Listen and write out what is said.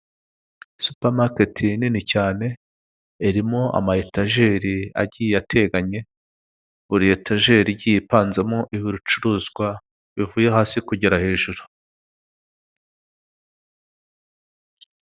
Supamaketi nini cyane irimo amaetajeri agiye ateganye, buri etajeri igiye ipanzemo ibi ibicuruzwa bivuye hasi kugera hejuru.